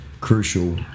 crucial